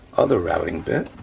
other routing bit.